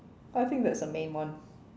I think that's the main one